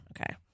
Okay